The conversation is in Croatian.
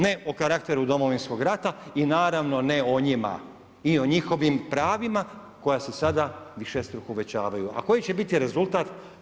Ne o karakteru Domovinskog rata i naravno ne o njima i o njihovim pravima koja se sada višestruko uvećavaju a koji će biti rezultat?